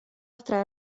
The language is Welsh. adre